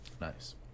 Nice